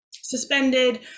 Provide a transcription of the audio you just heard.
suspended